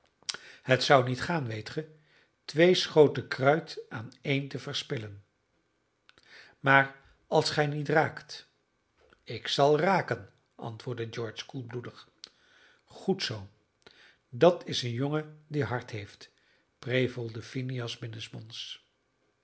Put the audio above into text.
het zou niet gaan weet ge twee schoten kruit aan één te verspillen maar als gij niet raakt ik zal raken antwoordde george koelbloedig goed zoo dat is een jongen die hart heeft prevelde phineas binnensmonds